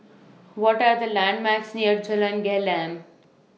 What Are The landmarks near Jalan Gelam